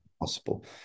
possible